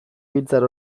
biltzar